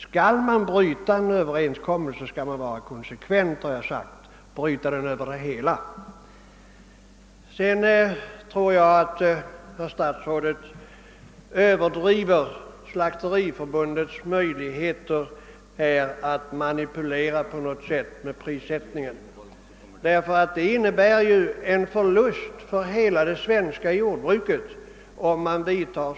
Tänker man bryta en överenskommelse skall man vara konsekvent, har jag sagt, och göra det över hela linjen. Så tror jag att herr statsrådet överdriver Slakteriförbundets möjligheter att manipulera med prissättningen på något vis.